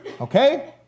Okay